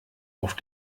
auf